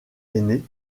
aîné